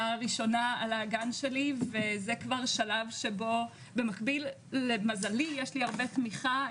ראשונה על האגן שלי וזה כבר שלב שבו במקביל למזלי יש לי הרבה תמיכה,